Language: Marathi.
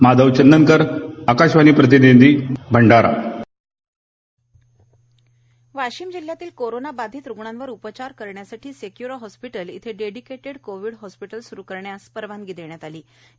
माधव चंदनकर आकाशवाणी प्रतींनिधी भंडारा कोविड वाशिम जिल्ह्यातील कोरोना बाधित रुग्णांवर उपचार करण्यासाठी सेक्य्रा हॉस्पिटल येथे डेडीकेटेड कोविड हॉस्पिटल स्रु करण्यास परवानगी देण्यात आली होती